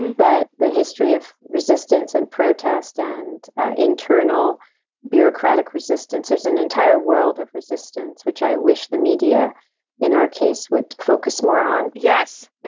but the history of resistance and protest and internal bureaucratic resistance, there's an entire world of resistance, which i wish the media in our case would focus more on. yes.